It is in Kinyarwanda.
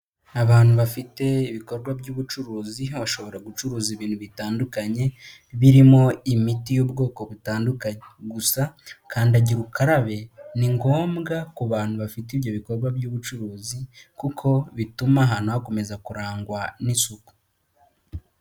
Abantu bafite ibikorwa by'ubucuruzi, bashobora gucuruza ibintu bitandukanye, birimo imiti y'ubwoko butandukanye gusa kandagira ukarabe, ni ngombwa ku bantu bafite ibyo bikorwa by'ubucuruzi kuko bituma ahantu hakomeza kurangwa n'isuku.